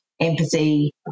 empathy